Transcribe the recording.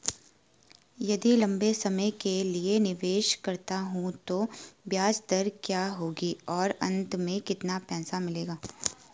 यदि लंबे समय के लिए निवेश करता हूँ तो ब्याज दर क्या होगी और अंत में कितना पैसा मिलेगा?